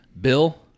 Bill